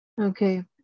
Okay